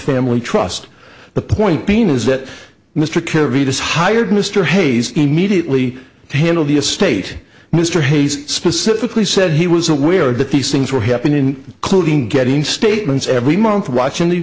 family trust the point being is that mr kirby just hired mr hayes immediately to handle the estate mr hayes specifically said he was aware that these things were happening in clothing getting statements every month watching the